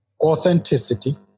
authenticity